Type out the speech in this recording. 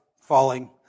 falling